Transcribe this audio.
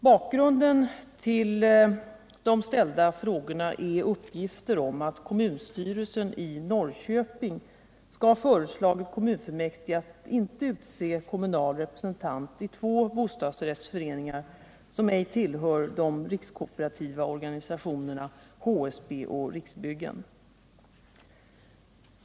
Bakgrunden till de ställda frågorna är uppgifter om att kommunstyrelsen i Norrköping skall ha föreslagit kommunfullmäktige att ej utse kommunal representant i två bostadsrättsföreningar som ej tillhör de rikskooperativa organisationerna HSB och Riksbyggen.